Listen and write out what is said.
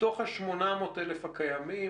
מתוך ה-800 אלף הקיימים,